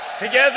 Together